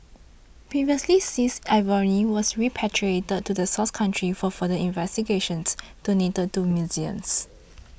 previously seized ivory was repatriated to the source country for further investigations donated to museums